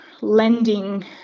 lending